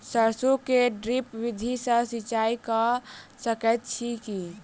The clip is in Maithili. सैरसो मे ड्रिप विधि सँ सिंचाई कऽ सकैत छी की?